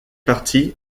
partie